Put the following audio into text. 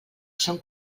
són